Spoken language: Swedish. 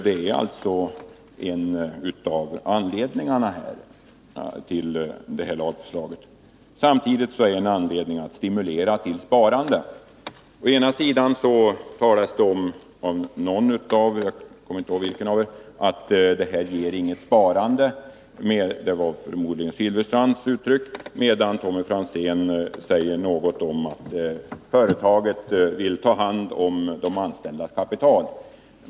Det är alltså en av anledningarna till lagförslaget. Samtidigt är det en anledning att stimulera till sparande. Å ena sidan talas det om — jag kommer inte ihåg vem av er som sade det — att förslaget inte ger något sparande. Det var förmodligen Bengt Silfverstrands uttryck. Tommy Franzén säger något om att företaget vill ta hand om de anställdas kapital.